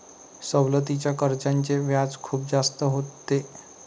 सवलतीच्या कर्जाचे व्याज खूप जास्त होते